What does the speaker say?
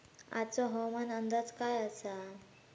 आजचो हवामान अंदाज काय आसा?